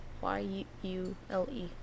Y-U-L-E